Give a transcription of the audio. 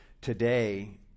today